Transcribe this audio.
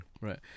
right